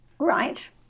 Right